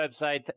website